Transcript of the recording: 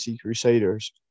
Crusaders